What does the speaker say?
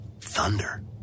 Thunder